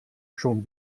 schon